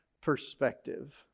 perspective